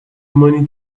money